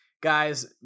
Guys